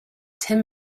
ten